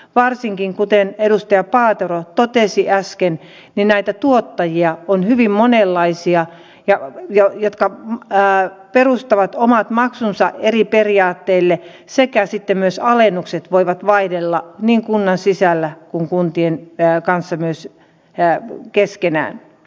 varsinkin kuten edustaja paatero totesi äsken näitä tuottajia on hyvin monenlaisia jotka perustavat omat maksunsa eri periaatteille sekä sitten myös alennukset voivat vaihdella niin kunnan sisällä kuin kuntien kanssa myös keskenään